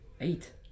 Eight